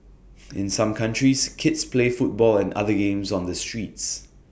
in some countries kids play football and other games on the streets